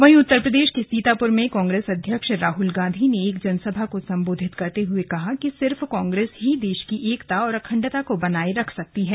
वहीं उत्तर प्रदेश के सीतापुर में कांग्रेस अध्यक्ष राहुल गांधी ने एक जनसभा को संबोधित करते हुए कहा कि सिर्फ कांग्रेस ही देश की एकता और अखण्डता को बनाए रख सकती है